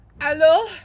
Hello